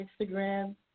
Instagram